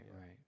right